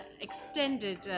extended